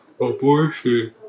Abortion